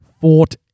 fought